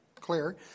clear